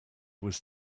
was